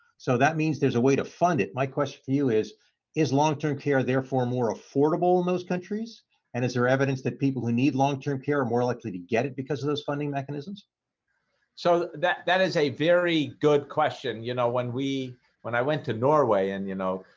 so that means there's a way to fund it my question for you is is long-term care therefore more affordable in those countries and is there evidence that people who need long-term care are more likely to get it because of those funding mechanisms so that that is a very good question. you know when we when i went to norway and you know